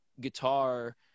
guitar